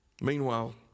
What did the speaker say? Meanwhile